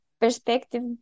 perspective